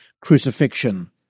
crucifixion